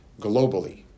globally